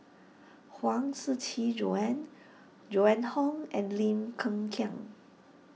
Huang Siqi Joan Joan Hon and Lim Hng Kiang